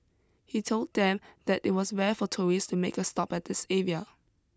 he told them that it was rare for tourists to make a stop at this area